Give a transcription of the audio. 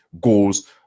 goals